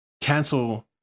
cancel